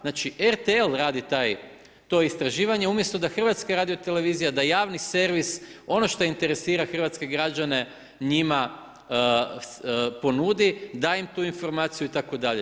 Znači RTL radi to istraživanje umjesto da HRT, da javni servis, ono što interesira hrvatske građane, njima ponudi, da im tu informaciju itd.